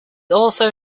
also